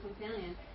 companion